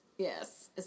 Yes